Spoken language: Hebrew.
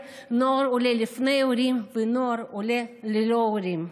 נוער עולה לפני הורים ונוער עולה ללא הורים.